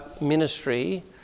ministry